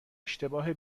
اشتباه